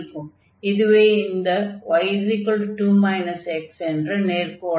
இதுவே அந்த y2 x என்ற நேர்க்கோடாகும்